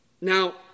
Now